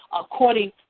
according